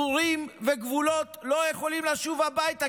אורים וגבולות לא יכולים לשוב הביתה,